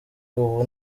ubu